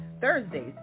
Thursdays